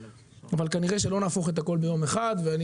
אבל כנראה שלא נהפוך את הכול ביום אחד ואני